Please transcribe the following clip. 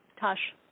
Tosh